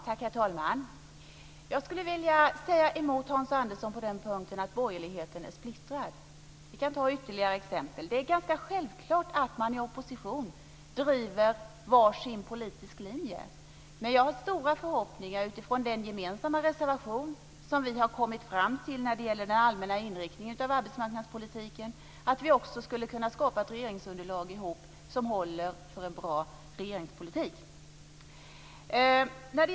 Herr talman! Jag skulle vilja säga emot Hans Andersson när han säger att borgerligheten är splittrad. Vi kan ta ytterligare exempel. Det är ganska självklart att man i opposition driver var sin politisk linje. Jag har stora förhoppningar, utifrån den gemensamma reservation vi har kommit fram till när det gäller den allmänna inriktningen av arbetsmarknadspolitiken, att vi också skulle kunna skapa ett regeringsunderlag ihop som håller för en bra regeringspolitik.